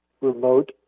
remote